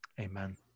amen